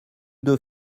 deux